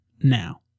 now